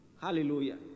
Hallelujah